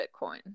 bitcoin